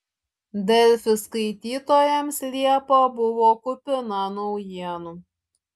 delfi skaitytojams liepa buvo kupina naujienų